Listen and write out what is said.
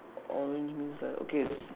orange means like okay